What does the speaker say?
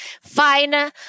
fine